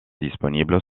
disponibles